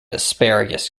asparagus